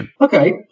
Okay